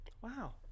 wow